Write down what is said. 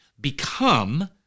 become